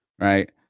right